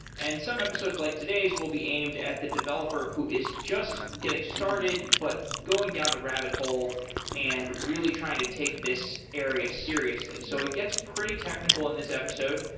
and some episodes like today's will be aimed at the developer who is just getting started but going down the rabbit hole and really trying to take this area seriously. so it gets pretty technical in this episode.